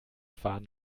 fahren